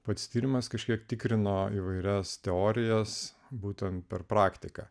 pats tyrimas kažkiek tikrino įvairias teorijas būtent per praktiką